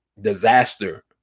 disaster